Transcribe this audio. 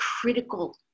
critical